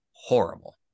horrible